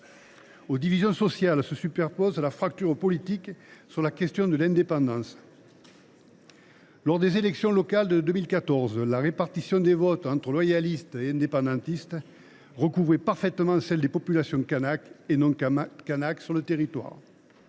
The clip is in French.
Aux divisions sociales s’ajoute la fracture politique sur la question de l’indépendance. Lors des élections locales de 2014, la répartition des votes entre loyalistes et indépendantistes recouvrait parfaitement celle de la population kanak et non kanak sur le territoire.